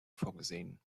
vorgesehen